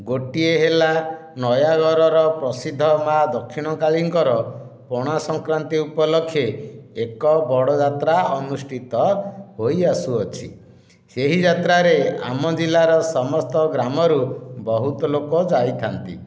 ଗୋଟିଏ ହେଲା ନୟାଗଡ଼ର ପ୍ରସିଦ୍ଧ ମାଆ ଦକ୍ଷିଣକାଳୀଙ୍କର ପଣା ସଂକ୍ରାନ୍ତି ଉପଲକ୍ଷେ ଏକ ବଡ଼ ଯାତ୍ରା ଅନୁଷ୍ଠିତ ହୋଇ ଆସୁଅଛି ସେହି ଯାତ୍ରାରେ ଆମ ଜିଲ୍ଲାର ସମସ୍ତ ଗ୍ରାମରୁ ବହୁତ ଲୋକ ଯାଇଥାନ୍ତି